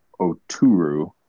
Oturu